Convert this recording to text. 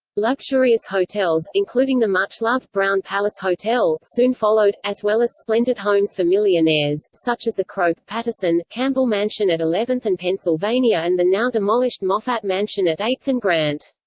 luxurious hotels, including the much-loved brown palace hotel, soon followed, as well as splendid homes for millionaires, such as the croke, patterson, campbell mansion at eleventh and pennsylvania and the now-demolished moffat mansion at eighth and grant.